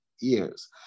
years